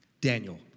Daniel